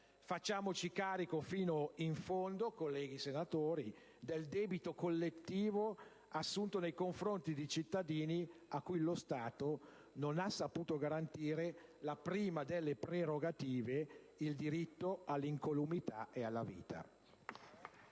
Facciamoci carico fino in fondo, colleghi senatori, del debito collettivo assunto nei confronti di cittadini a cui lo Stato non ha saputo garantire la prima delle prerogative: il diritto all'incolumità e alla vita.